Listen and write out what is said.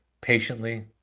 patiently